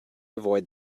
avoid